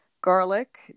garlic